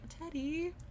Teddy